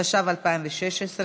התשע"ו 2016,